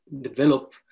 develop